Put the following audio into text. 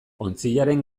ontziaren